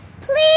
Please